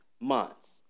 months